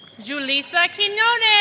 julissa quinones